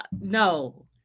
no